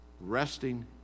resting